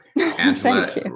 Angela